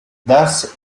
thus